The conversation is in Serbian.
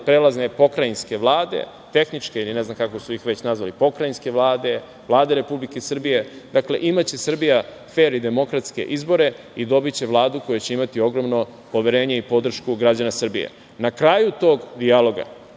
prelazne pokrajinske Vlade, tehničke ili ne znam kako su ih već nazvali, pokrajinske Vlade, Vlade Republike Srbije. Dakle, imaće Srbija fer i demokratske izbore i dobiće Vladu koja će imati ogromno poverenje i podršku građana Srbije. Na kraju tog dijaloga